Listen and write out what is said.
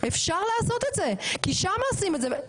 אפשר לעשות את זה כי שמה עושים את זה.